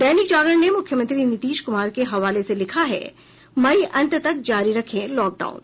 दैनिक जागरण ने मुख्यमंत्री नीतीश कुमार के हवाले से लिखा है मई अंत तक जारी रखें लॉक डाउन